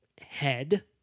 head